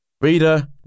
Reader